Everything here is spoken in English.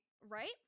Right